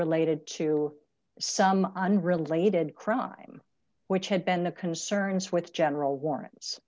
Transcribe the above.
related to some unrelated crime which had been the concerns with general warrants